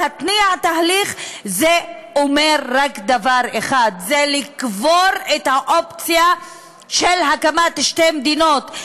להתניע תהליך זה אומר רק דבר אחד: לקבור את האופציה של הקמת שתי מדינות.